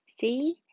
See